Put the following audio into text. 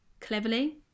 cleverly